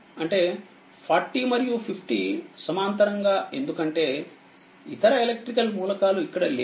అంటే 40మరియు50సమాంతరంగా ఎందుకంటే ఇతర ఎలక్ట్రికల్ మూలకాలు ఇక్కడ లేవు